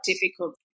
difficult